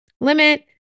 limit